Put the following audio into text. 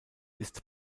ist